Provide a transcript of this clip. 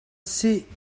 sih